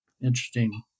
Interesting